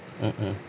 mmhmm